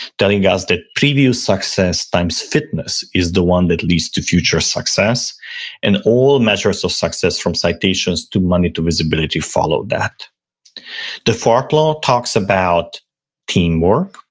telling us that preview success times fitness is the one that leads to future success and all measures of success from citations, to money, to visibility follow that the fourth law talks about teamwork,